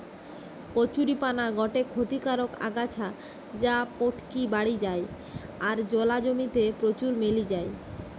কচুরীপানা গটে ক্ষতিকারক আগাছা যা পটকি বাড়ি যায় আর জলা জমি তে প্রচুর মেলি যায়